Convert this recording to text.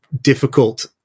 difficult